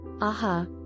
Aha